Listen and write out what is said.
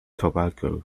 tobacco